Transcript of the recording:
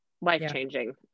life-changing